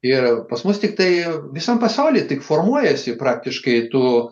ir pas mus tiktai visam pasaulį tik formuojasi praktiškai tų